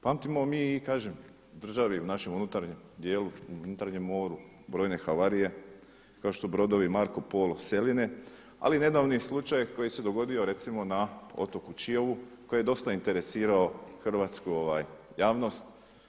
Pamtimo mi i kažem u državi u našem unutarnjem dijelu, unutarnjem moru brojne havarije kao što su brodovi Marko Polo Seline, ali i nedavni slučaj koji se dogodio recimo na otoku Čiovu koji je dosta interesirao hrvatsku javnost.